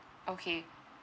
okay